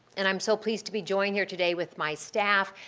and i am so pleased to be joined here today with my staff,